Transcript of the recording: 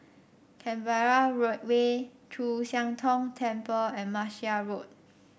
Canberra Road Way Chu Siang Tong Temple and Martia Road